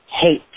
hate